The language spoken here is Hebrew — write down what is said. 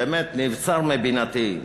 באמת נבצר מבינתי,